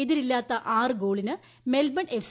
എതിരില്ലാത്ത ആറു ഗോളിന് മെൽബൺ എഫ്പ്